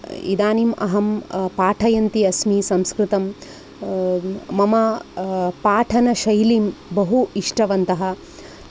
इदानीम् अहं पाठयन्ती अस्मि संस्कृतं मम पाठनशैलीं बहु इष्टवन्तः